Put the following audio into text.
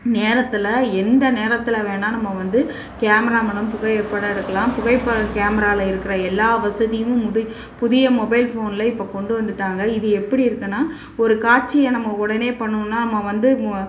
நேரத்தில் எந்த நேரத்தில் வேணா நம்ம வந்து கேமரா மூலம் புகைப்படம் எடுக்கலாம் புகைப்படம் கேமராவில இருக்கிற எல்லா வசதியும் முதி புதிய மொபைல் ஃபோனில் இப்போ கொண்டு வந்துவிட்டாங்க இது எப்படி இருக்குன்னா ஒரு காட்சியை நம்ம உடனே பண்ணணுன்னா நம்ம வந்து மொ